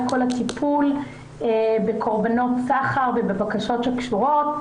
כל הטיפול בקורבנות סחר ובבקשות שקשורות.